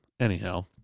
Anyhow